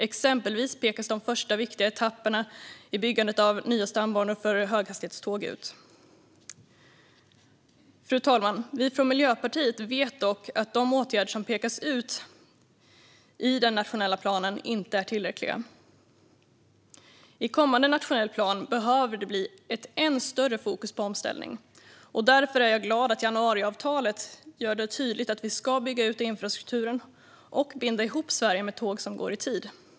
Exempelvis pekas de första viktiga etapperna i byggandet av nya stambanor för höghastighetståg ut. Fru talman! Vi från Miljöpartiet vet dock att de åtgärder som pekas ut i den nationella planen inte är tillräckliga. I kommande nationell plan behöver det bli ett än större fokus på omställning, och därför är jag glad att januariavtalet gör det tydligt att vi ska bygga ut infrastrukturen och binda ihop Sverige med tåg som går i tid.